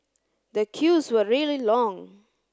the queues were really long